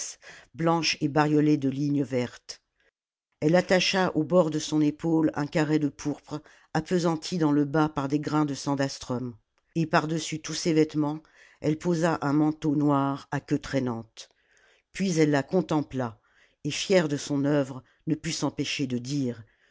blanche et bariolée de lignes vertes elle attacha au bord de son épaule un carré de pourpre appesanti dans le bas par des grains de sandrastrum et pardessus tous ces vêtements elle posa un manteau noir à queue traînante puis elle la contempla et fière de son œuvre ne put s'empêcher de dire